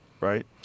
right